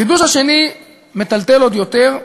החידוש השני מטלטל עוד יותר: